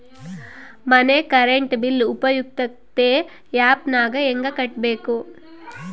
ಮನೆ current bill ಉಪಯುಕ್ತತೆ app ನಾಗ ಹೆಂಗ ಕಟ್ಟಬೇಕು?